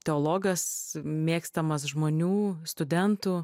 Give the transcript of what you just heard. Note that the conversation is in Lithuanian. teologas mėgstamas žmonių studentų